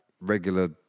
regular